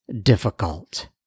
difficult